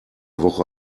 woche